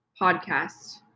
podcast